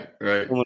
Right